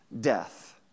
death